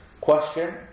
question